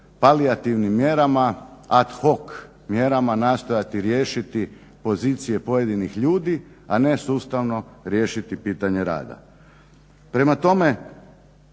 palijativnim mjerama, ad hoc mjerama nastojati riješiti pozicije pojedinih ljudi, a ne sustavno riješiti pitanje rada. Prema tome,